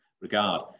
regard